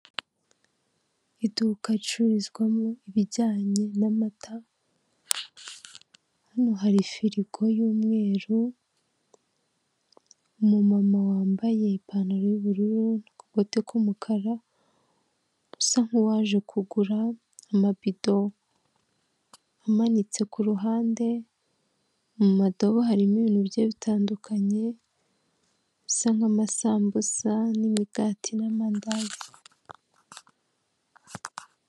Umugabo w'imisatsi migufiya w'inzobe ufite ubwanwa bwo hejuru wambaye umupira wo kwifubika urimo amabara atandukanye ubururu, umweru n'umukara wambariyemo ishati, araburanishwa.